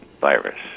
virus